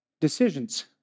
decisions